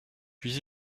puis